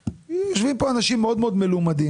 יושבים פה אנשים מאוד מאוד מלומדים